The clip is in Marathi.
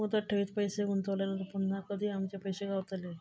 मुदत ठेवीत पैसे गुंतवल्यानंतर पुन्हा कधी आमचे पैसे गावतले?